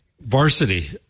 Varsity